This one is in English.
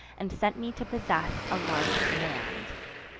and sent me to possess a large command.